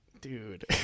dude